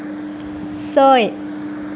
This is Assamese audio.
ছয়